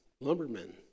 lumbermen